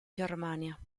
germania